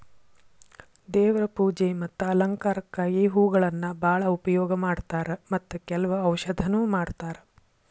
ದೇವ್ರ ಪೂಜೆ ಮತ್ತ ಅಲಂಕಾರಕ್ಕಾಗಿ ಹೂಗಳನ್ನಾ ಬಾಳ ಉಪಯೋಗ ಮಾಡತಾರ ಮತ್ತ ಕೆಲ್ವ ಔಷಧನು ಮಾಡತಾರ